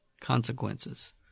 consequences